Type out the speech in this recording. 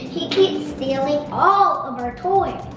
he keeps stealing all of our toys!